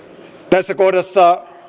tässä kohdassa